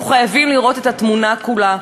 אנחנו חייבים לראות את התמונה כולה.